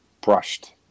brushed